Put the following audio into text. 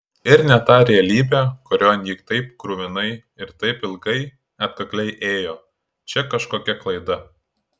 ir ne ta realybė kurion ji taip kruvinai ir taip ilgai atkakliai ėjo čia kažkokia klaida